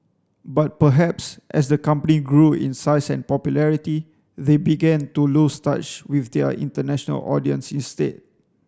but perhaps as the company grew in size and popularity they began to lose touch with their international audience instead